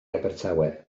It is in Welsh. abertawe